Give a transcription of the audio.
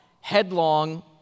headlong